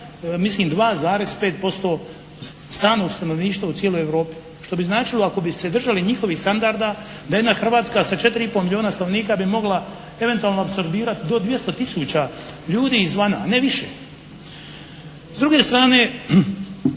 mislim 2,5% stranog stanovništva u cijeloj Europi. Što bi značilo, ako bi se držali njihovih standarda da jedna Hrvatska sa 4 i pol milijona stanovnika bi mogla eventualno apsorbirati do 200 tisuća ljudi izvana, a ne više. S druge strane